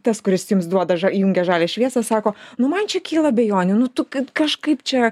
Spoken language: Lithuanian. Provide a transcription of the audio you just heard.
tas kuris jums duoda įjungia žalią šviesą sako nu man čia kyla abejonių nu tu kad kažkaip čia